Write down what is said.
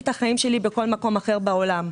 את החיים שלי בכל מקום אחר בעולם.